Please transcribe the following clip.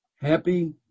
Happy